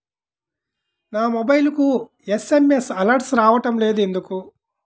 నా మొబైల్కు SMS alerts రావడం లేదు ఎందుకు?